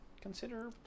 consider